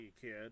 kid